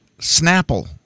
Snapple